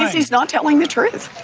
he's not telling the truth.